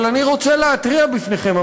אבל אני רוצה להתריע בפניכם,